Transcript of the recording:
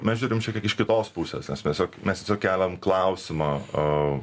mes žiūrim šiek tiek iš kitos pusės mes tiesiog mes keliam klausimą